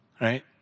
Right